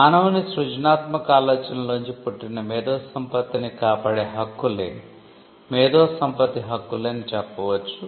మానవుని సృజనాత్మక ఆలోచనల్లోంచి పుట్టిన మేధో సంపత్తిని కాపాడే హక్కులే మేధో సంపత్తి హక్కులు అని చెప్పవచ్చు